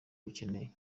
bakeneye